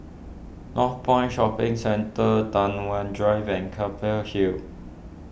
Northpoint Shopping Centre Tai Hwan Drive and Keppel Hill